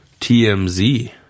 TMZ